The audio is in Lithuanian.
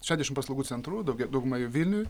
šešdešim paslaugų centrų daugia daugumai vilniuj